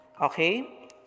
okay